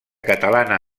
catalana